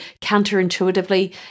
counterintuitively